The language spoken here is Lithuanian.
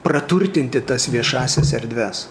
praturtinti tas viešąsias erdves